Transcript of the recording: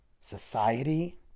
society